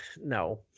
No